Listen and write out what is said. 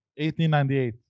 1898